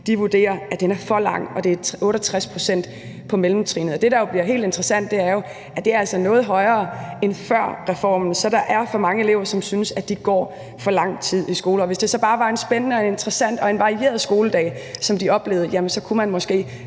vurderer, at den er for lang, og det er 68 pct. på mellemtrinet. Det, der jo bliver helt interessant, er jo, at det altså er noget højere end før reformen, så der er for mange elever, som synes, at de går for lang tid i skole. Hvis det så bare var en spændende og interessant og en varieret skoledag, som de oplevede, kunne man måske